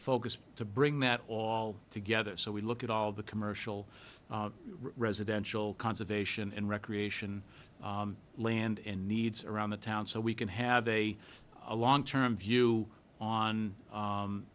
focus to bring that all together so we look at all of the commercial residential conservation and recreation land and needs around the town so we can have a long term view on